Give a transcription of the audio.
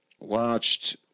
Watched